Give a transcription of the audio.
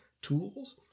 tools